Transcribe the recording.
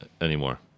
anymore